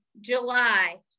July